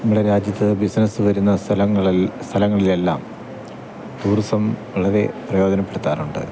നമ്മുടെ രാജ്യത്ത് ബിസിനസ്സ് വരുന്ന സ്ഥലങ്ങളിൽ സ്ഥലങ്ങളിലെല്ലാം ടൂറിസം വളരെ പ്രയോജനപ്പെടുത്താറുണ്ട്